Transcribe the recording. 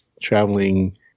traveling